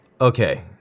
okay